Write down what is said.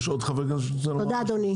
חברת הכנסת שלי טל מירון,